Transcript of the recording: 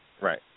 Right